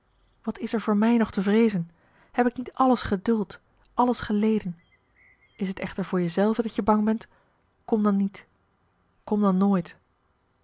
wat is er voor mij nog te vreezen heb ik niet alles geduld alles geleden is het echter voor je zelven dat je bang bent kom dan niet kom dan nooit